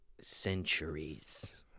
Centuries